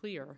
clear